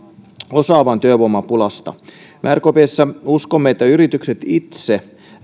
osaavan työvoiman pulasta me rkpssä uskomme että yritykset itse